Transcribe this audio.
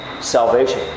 salvation